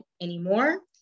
anymore